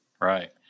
Right